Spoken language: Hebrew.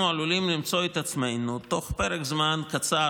אנחנו עלולים למצוא את עצמנו תוך פרק זמן קצר,